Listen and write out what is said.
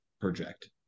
project